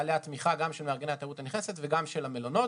נוהלי התמיכה במארגני התיירות הנכנסת וגם של המלונות.